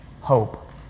hope